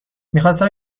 میخواستم